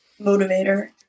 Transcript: motivator